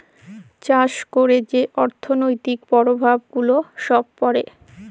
চাষ ক্যইরে যে অথ্থলৈতিক পরভাব গুলা ছব পড়ে